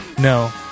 No